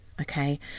Okay